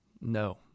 No